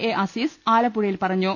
A Aziz ആലപ്പുഴയിൽ പറഞ്ഞു